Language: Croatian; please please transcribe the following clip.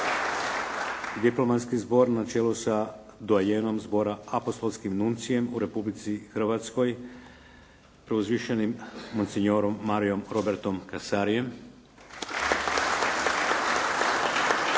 Diplomatski zbor na čelu sa doajenom zbora apostolskim nuncijem u Republici Hrvatskoj preuzvišenim monsignorom Mariom Robertom Kasariem.